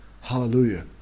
Hallelujah